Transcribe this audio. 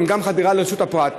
הן גם חדירה לרשות הפרט.